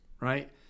right